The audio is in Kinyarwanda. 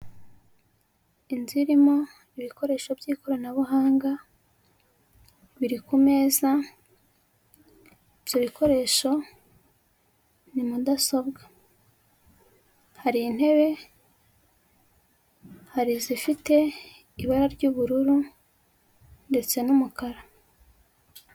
Inzu irimo ibikoresho by'ikoranabuhanga, biri ku meza, ibyo ibikoresho ni mudasobwa, hari intebe, hari izifite ibara ry'ubururu ndetse n'umukara.